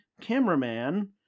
cameraman